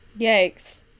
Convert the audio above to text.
Yikes